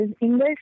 English